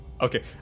Okay